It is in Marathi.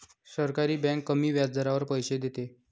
सहकारी बँक कमी व्याजदरावर पैसे देते